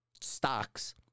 stocks